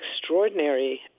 extraordinary